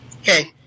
Okay